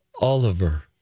Oliver